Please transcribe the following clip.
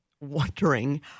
wondering